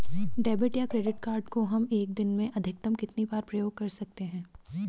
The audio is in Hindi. डेबिट या क्रेडिट कार्ड को हम एक दिन में अधिकतम कितनी बार प्रयोग कर सकते हैं?